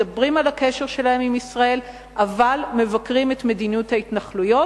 מדברים על הקשר שלהם עם ישראל אבל מבקרים את מדיניות ההתנחלויות,